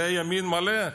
זה ימין מלא?